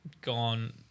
gone